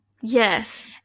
Yes